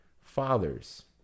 fathers